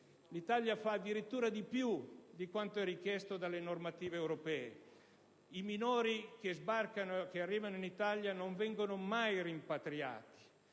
l'Italia fa addirittura di più di quanto richiesto dalle normative europee: i minori che arrivano in Italia non vengono mai rimpatriati.